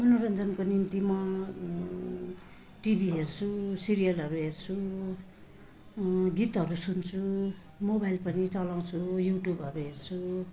मनोरञ्जनको निम्ति म टिभी हेर्छु सिरियलहरू हेर्छु गीतहरू सुन्छु मोबाइल पनि चलाउँछु युट्युबहरू हेर्छु